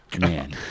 Man